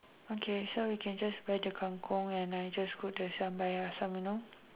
okay so we can just buy the kangkong and I'll just cook the sambal air asam you know